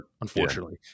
unfortunately